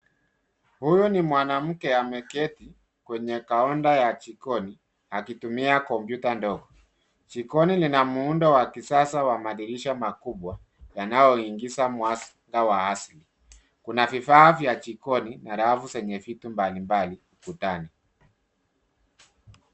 Huyu ni mwanamke ameketi kwenye Kaunta ya jikoni akitumia kompyuta ndogo. Jikoni lina muundo wa kisasa wa madirisha makubwa yanayoingisha mwangaza wa asili. Kuna vifaa vya jikoni na rafu zenye vitu mbalimbali ukutani.